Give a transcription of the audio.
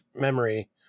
memory